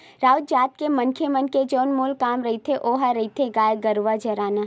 राउत जात के मनखे मन के जउन मूल काम रहिथे ओहा रहिथे गाय गरुवा चराना